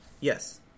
Yes